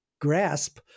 grasp